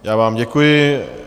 Já vám děkuji.